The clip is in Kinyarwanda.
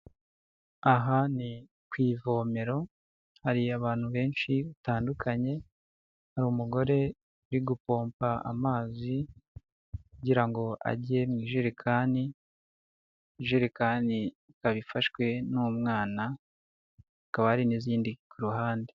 Aha ni ku ivomero hari abantu benshi batandukanye, hari umugore uri gupompa amazi kugira ngo ajye mu ijerekani, ijerekani ikaba ifashwe n'umwana hakaba hari n'izindi ku ruhande.